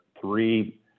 three